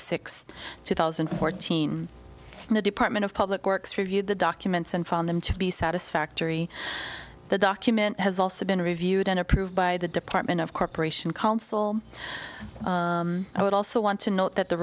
sixth two thousand and fourteen and the department of public works reviewed the documents and found them to be satisfactory the document has also been reviewed and approved by the department of corporation counsel i would also want to note that the